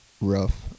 rough